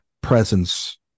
presence